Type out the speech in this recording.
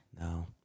no